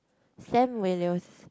Sam-Willows